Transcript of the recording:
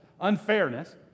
unfairness